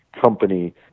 company